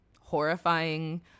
Horrifying